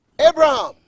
Abraham